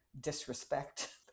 disrespect